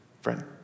friend